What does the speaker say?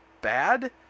bad